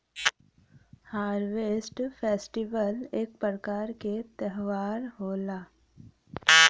harvest festival एक प्रकार क त्यौहार होला